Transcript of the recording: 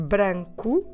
Branco